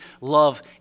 love